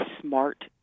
smart